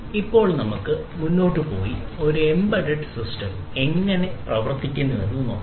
ഇപ്പോൾ നമുക്ക് മുന്നോട്ട് പോയി ഒരു എംബെഡെഡ് സിസ്റ്റം എങ്ങനെ പ്രവർത്തിക്കുന്നുവെന്ന് നോക്കാം